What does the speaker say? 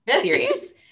serious